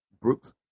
Brooks